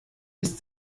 ist